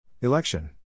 Election